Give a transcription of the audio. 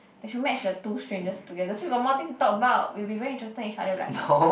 they should match the two strangers together so we got more things to talk about we'll be very interested in each other we like